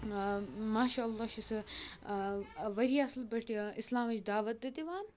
ماشاء اللہ چھِ سُہ واریاہ اَصٕل پٲٹھۍ اِسلامٕچ دعوت تہٕ دِوان